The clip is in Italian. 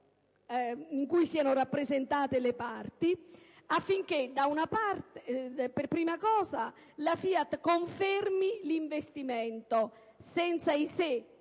in cui siano rappresentate le parti, affinché, per prima cosa, la FIAT confermi l'investimento senza i se,